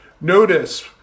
Notice